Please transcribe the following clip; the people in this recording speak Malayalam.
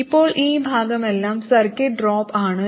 ഇപ്പോൾ ഈ ഭാഗമെല്ലാം സർക്യൂട്ട് ഡ്രോപ്പ് ആണ്